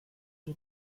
die